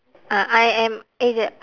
ah I am eh jap